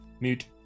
Mute